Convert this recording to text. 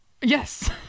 Yes